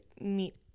meet